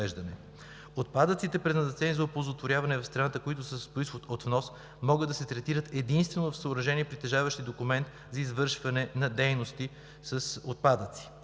Отпадъците, предназначени за оползотворяване в страната, които са с произход от внос, могат да се третират единствено в съоръжения, притежаващи документ за извършване на дейности с отпадъци.